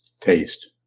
taste